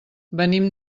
venim